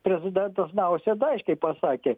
prezidentas nausėda aiškiai pasakė